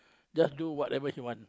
just do whatever he want